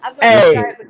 Hey